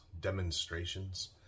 demonstrations